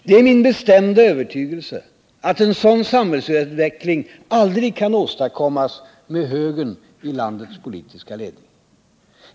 Det är min bestämda övertygelse att en sådan samhällsutveckling aldrig kan åstadkommas med högern i landets politiska ledning.